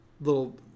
little